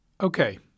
Okay